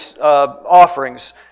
offerings